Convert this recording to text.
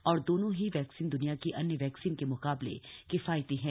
और दोनों ही वैक्सीन द्निया की अन्य वैक्सीन के मुकाबले किफायती हैं